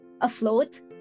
afloat